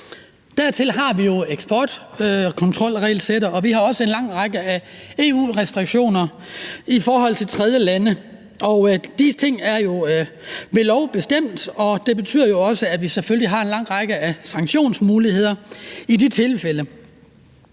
Dertil har vi jo eksportkontrolregelsættet, og vi har også en lang række EU- restriktioner i forhold til tredjelande, og disse ting er jo bestemt ved lov, og det betyder jo, at vi selvfølgelig også har en lang række sanktionsmuligheder i de tilfælde.